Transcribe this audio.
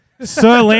Sir